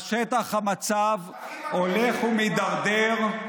בשטח המצב הולך ומידרדר.